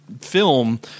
film